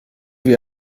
wie